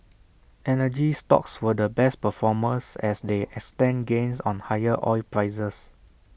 energy stocks were the best performers as they extended gains on higher oil prices